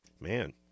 Man